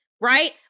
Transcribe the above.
Right